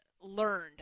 learned